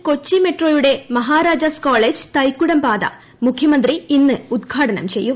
കേരളത്തിൽ കൊച്ചി മെട്രോയുടെ മഹാരാജാസ് കോളേജ് തൈക്കുടം പാത മുഖ്യമന്ത്രി ഇന്ന് ഉദ്ഘാടനം ചെയ്യും